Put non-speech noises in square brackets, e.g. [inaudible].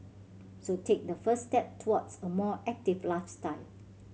so take that first step towards a more active [unintelligible]